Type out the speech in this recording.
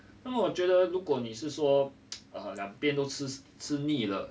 那么我觉得如果你是说 两边都吃腻了